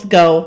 go